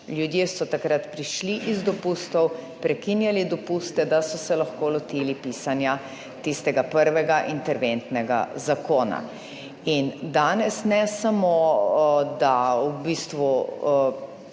Ljudje so takrat prišli iz dopustov, prekinjali dopuste, da so se lahko lotili pisanja tistega prvega interventnega zakona. In danes ne samo, da v bistvu